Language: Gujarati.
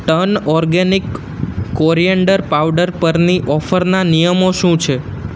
ટર્ન ઓર્ગેનિક કોરીએન્ડર પાવડર પરની ઓફરના નિયમો શું છે